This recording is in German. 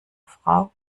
frau